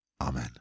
Amen